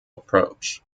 approach